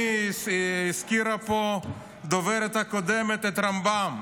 הזכירה פה הדוברת הקודמת את הרמב"ם,